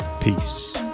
peace